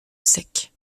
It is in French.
sec